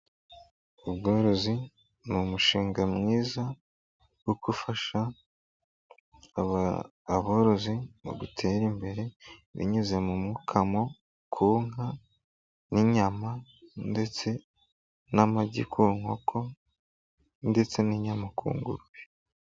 Ubworozi ni umushinga mwiza wo gufasha aborozi mu guterare imbere binyuze mu mukamo ku nka n'inyama ndetse n'amagi ku nkoko ndetse n'inyama ku ngurube.